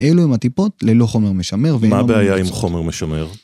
‫אלו הם הטיפות ללא חומר משמר. ‫-מה הבעיה עם חומר משמר?